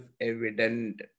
evident